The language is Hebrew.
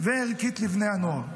וערכית לבני הנוער.